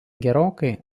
gerokai